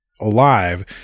alive